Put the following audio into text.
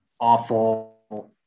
awful